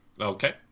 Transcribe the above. Okay